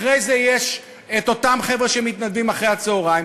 אחרי זה יש את אותם חבר'ה שמתנדבים אחרי-הצהריים,